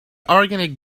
organic